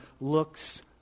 looks